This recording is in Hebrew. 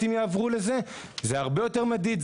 אם יעברו לזה זה הרבה יותר מדיד.